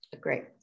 Great